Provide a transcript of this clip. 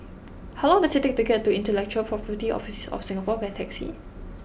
how long does it take to get to Intellectual Property Office of Singapore by taxi